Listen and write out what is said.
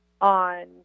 on